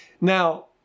Now